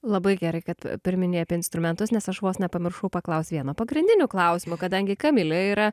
labai gerai kad pirminei apie instrumentus nes aš vos nepamiršau paklaust vieno pagrindinių klausimų kadangi kamilė yra